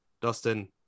Dustin